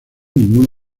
ninguna